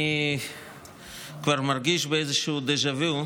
אני כבר מרגיש באיזשהו דז'ה וו,